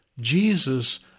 Jesus